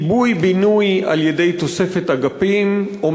עיבוי-בינוי על-ידי תוספת אגפים או